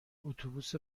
اتوبوس